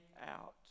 out